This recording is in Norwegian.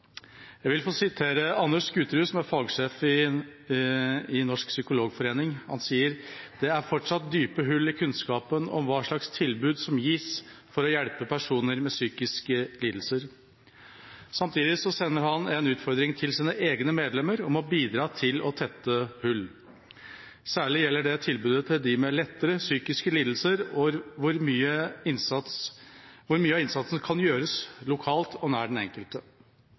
Jeg vil få sitere Anders Skuterud, som er fagsjef i Norsk psykologforening. Han sier: «Det er fortsatt dype hull i kunnskapen om hva slags tilbud som gis for å hjelpe personer med psykiske lidelser». Samtidig sender han en utfordring til sine egne medlemmer om å bidra til å tette hullene. Særlig gjelder det tilbudet til dem med lette psykiske lidelser, og hvor mye av innsatsen kan gjøres lokalt og nær den enkelte.